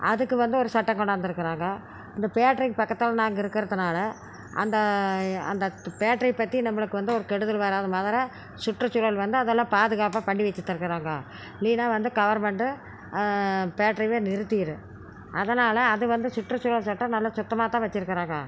அதுக்கு வந்து ஒரு சட்டம் கொண்டாந்திருக்குறாங்கோ இந்த பேக்ட்ரிக்கு பக்கத்தில் நாங்கள் இருக்கறதுனால் அந்த அந்த பேக்ட்ரி பற்றி நம்பளுக்கு வந்து ஒரு கெடுதல் வராத மாதிரி சுற்றுச்சூழல் வந்து அதெல்லாம் பாதுகாப்பாக பண்ணி வெச்சுத்திருக்கறாங்க இல்லைனா வந்து கவர்மெண்ட்டு பேக்ட்ரியவே நிறுத்திடும் அதனால் அது வந்து சுற்றுச்சூழல் சட்டம் நல்லா சுத்தமாக தான் வெச்சிருக்கிறாங்க